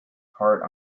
part